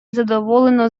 задоволене